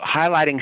highlighting